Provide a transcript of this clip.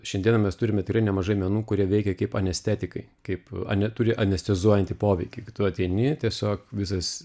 šiandieną mes turime tikrai nemažai menų kurie veikia kaip anestetikai kaip ani turi anestezuojantį poveikį tu ateini tiesiog visas